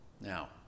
Now